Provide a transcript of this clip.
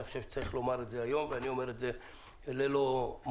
אני חושב שצריך לומר את זה היום ואני אומר את זה ללא מורא